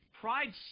pride